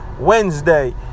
Wednesday